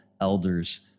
elders